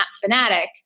fanatic